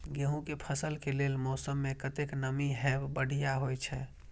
गेंहू के फसल के लेल मौसम में कतेक नमी हैब बढ़िया होए छै?